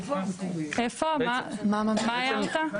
מה הערת?